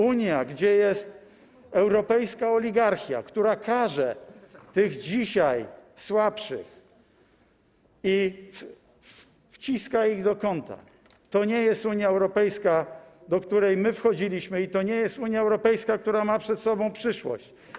Unia, gdzie jest europejska oligarchia, która karze tych dzisiaj słabszych i wciska ich do kąta, to nie jest Unia Europejska, do której wchodziliśmy, i to nie jest Unia Europejska, która ma przed sobą przyszłość.